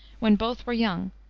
when both were young,